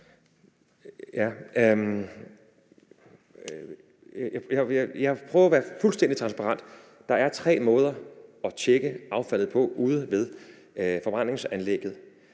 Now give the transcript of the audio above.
Jeg prøver at være fuldstændig transparent. Der er tre måder at tjekke affaldet på ude ved forbrændingsanlæggene,